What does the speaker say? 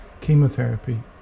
chemotherapy